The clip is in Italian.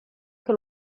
che